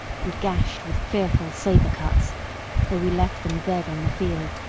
and gashed with fearful saber-cuts though we left them dead on the field,